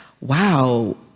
wow